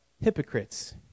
hypocrites